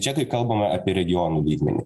čia kai kalbam apie regionų lygmenį